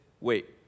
wait